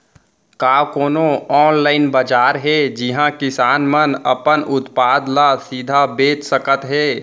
का कोनो अनलाइन बाजार हे जिहा किसान मन अपन उत्पाद ला सीधा बेच सकत हे?